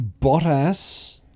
Bottas